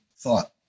thought